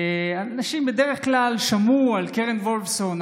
אנשים בדרך כלל שמעו על קרן וולפסון,